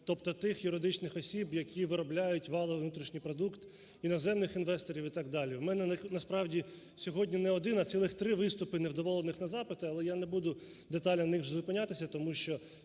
тобто тих юридичних осіб, які виробляють валовий внутрішній продукт, іноземних інвесторів і так далі. У мене, насправді, сьогодні не один, а цілих три невдоволених на запити, але я не буду детально на них зупинятися, тому що